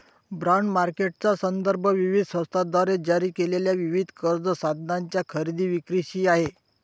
bond मार्केटचा संदर्भ विविध संस्थांद्वारे जारी केलेल्या विविध कर्ज साधनांच्या खरेदी विक्रीशी आहे